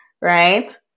right